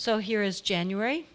so here is january